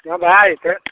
भए जेतै